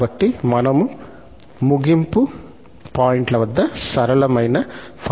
కాబట్టి మనము ముగింపు పాయింట్ల వద్ద సరళమైన ఫలితాన్ని పొందుతాము